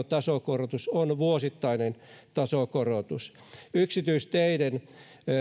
tasokorotus on vuosittainen tasokorotus yksityisteiden